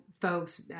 folks